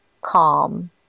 calm